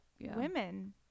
women